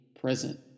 present